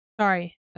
Sorry